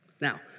Now